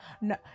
no